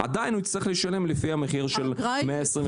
עדיין הוא יצטרך לשלם לפי המחיר של 128,000,